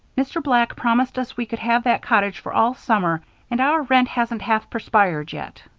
mr. black promised us we could have that cottage for all summer and our rent hasn't half perspired yet.